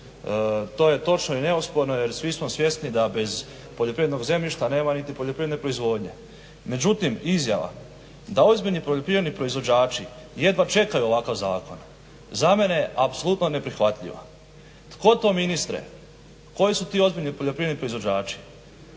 To je netočno i neosporno jer svi smo svjesni da bez poljoprivrednog zemljišta nema niti poljoprivredne proizvodnje. Međutim, izjava da ozbiljni poljoprivredni proizvođači jedva čekaju ovakav zakon za mene je apsolutno neprihvatljiva. Tko to ministre, koji su to ozbiljni poljoprivredni proizvođači?